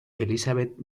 elizabeth